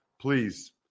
please